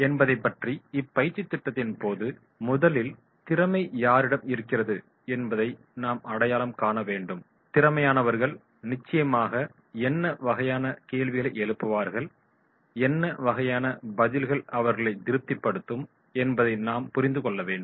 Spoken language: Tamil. என்பதை பற்றி இப்பயிற்சித் திட்டத்தின் போது முதலில் திறமை யாரிடம் இருக்கிறது என்பதை நாம் அடையாளம் காண வேண்டும் திறமையானவர்கள் நிச்சயமாக என்ன வகையான கேள்விகளை எழுப்புவார்கள் என்ன வகையான பதில்கள் அவர்களை திருப்திப்படுத்தும் என்பதை நாம் புரிந்து கொள்ள வேண்டும்